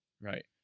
Right